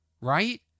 right